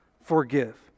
forgive